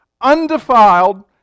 undefiled